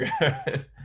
good